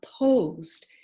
opposed